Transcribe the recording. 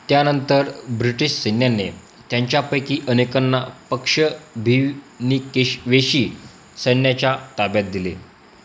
त्यानंतर ब्रिटिश सैन्याने त्यांच्यापैकी अनेकांना पक्ष भिवनिकेश वेशी सैन्याच्या ताब्यात दिले